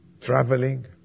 traveling